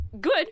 good